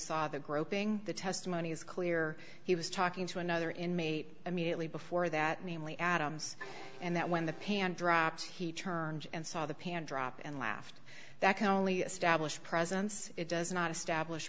groping the testimony is clear he was talking to another inmate immediately before that namely adams and that when the pan drops he turned and saw the pan drop and laughed that can only stablish presence it does not establish